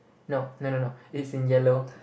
no no no no it's in yellow